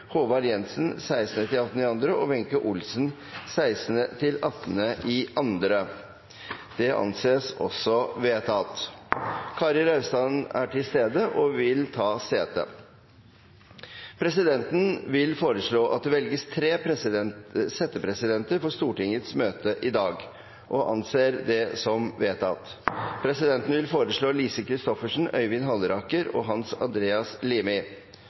Kari Raustein er til stede og vil ta sete. Presidenten vil foreslå at det velges tre settepresidenter for Stortingets møte i dag – og anser det som vedtatt. Presidenten vil foreslå Lise Christoffersen, Øyvind Halleraker og Hans Andreas Limi.